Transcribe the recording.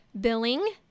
billing